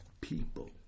People